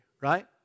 right